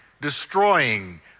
destroying